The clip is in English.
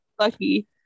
lucky